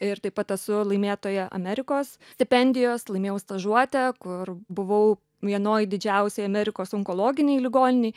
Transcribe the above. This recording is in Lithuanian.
ir taip pat esu laimėtoja amerikos stipendijos laimėjau stažuotę kur buvau vienoj didžiausioj amerikos onkologinėj ligoninėj